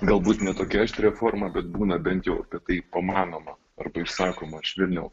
galbūt ne tokia aštria forma bet būna bent jau taip pamanoma arba išsakoma švelniau